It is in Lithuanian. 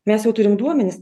mes jau turim duomenis